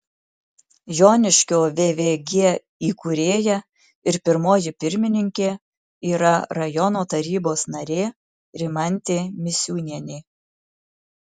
joniškio vvg įkūrėja ir pirmoji pirmininkė yra rajono tarybos narė rimantė misiūnienė